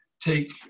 take